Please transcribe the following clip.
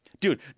Dude